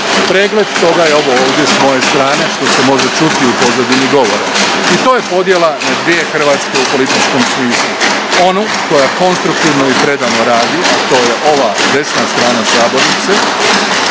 Pregled toga je ovo ovdje s moje strane, što se može čuti u pozadini govora. I to je podjela na dvije Hrvatske u političkom smislu, onu koja konstruktivno i predano radi, a to je ova desna strana sabornice